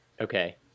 Okay